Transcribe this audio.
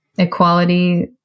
Equality